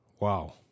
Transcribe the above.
wow